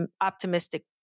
optimistic